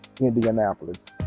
Indianapolis